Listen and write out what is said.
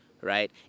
right